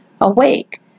awake